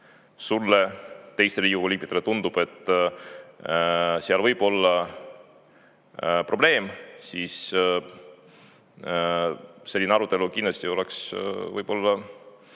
sulle, teistele Riigikogu liikmetele tundub, et seal võib olla probleem, siis selline arutelu kindlasti oleks võib-olla